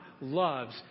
loves